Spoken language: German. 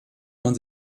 man